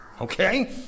okay